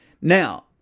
Now